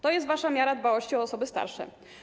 To jest wasza miara dbałości o osoby starsze.